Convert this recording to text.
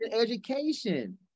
Education